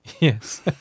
Yes